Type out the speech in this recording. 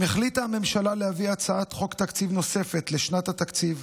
אם החליטה הממשלה להביא הצעת חוק תקציב נוספת לשנת התקציב,